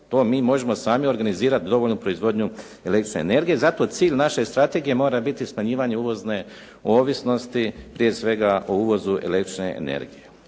To mi možemo sami organizirat dovoljnu proizvodnju električne energije, zato cilj naše strategije mora biti smanjivanje uvozne ovisnosti, prije svega o uvozu električne energije.